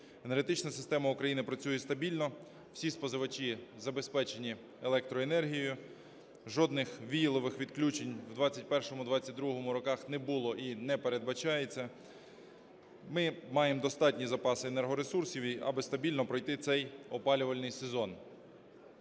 Енергетична система України працює стабільно. Всі споживачі забезпечені електроенергією, жодних віялових відключень в 2021-2022 роках не було і не передбачається. Ми маємо достатні запаси енергоресурсів, аби стабільно пройти цей опалювальний сезон.